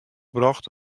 brocht